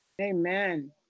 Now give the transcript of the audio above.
Amen